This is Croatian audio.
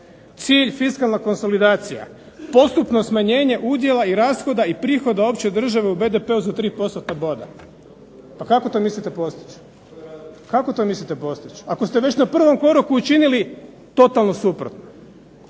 cilj fiskalna konsolidacija. Postupno smanjenje udjela i rashoda i prihoda opće države u BDP-u za 3 postotna boda. Pa kako to mislite postići, kako to mislite postići ako ste već na prvom koraku učinili totalno suprotno.